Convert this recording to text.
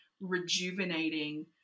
rejuvenating